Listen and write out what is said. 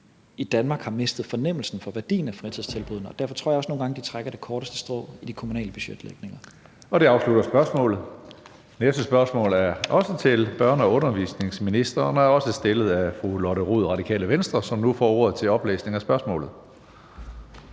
i Danmark har mistet fornemmelsen for værdien af fritidstilbuddene, og derfor tror jeg også nogle gange, de trækker det korteste strå i de kommunale budgetlægninger. Kl. 14:57 Tredje næstformand (Karsten Hønge): Det afslutter spørgsmålet. Næste spørgsmål er også til børne- og undervisningsministeren og også stillet af fru Lotte Rod, Radikale Venstre, som nu får ordet til oplæsning af spørgsmålet.